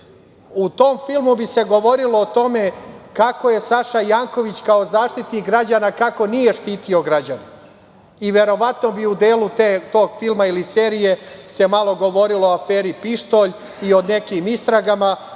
U tom filmu bi se govorilo o tome kako Saša Janković kao Zaštitnik građana nije štitio građane i verovatno bi u delu tog filma ili serije se malo govorilo o aferi – pištolj i o nekim istragama